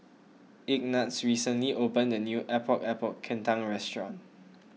Ignatz recently opened a new Epok Epok Kentang restaurant